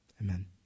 amen